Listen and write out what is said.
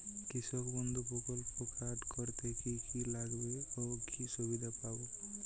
কৃষক বন্ধু প্রকল্প কার্ড করতে কি কি লাগবে ও কি সুবিধা পাব?